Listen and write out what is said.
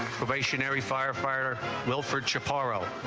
firefighter will for chip paro